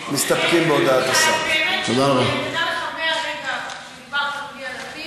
כשדיברת בלי הדפים,